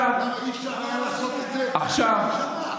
עכשיו תגיד לי: למה לא היה אפשר לעשות את זה יבש לפני שנה?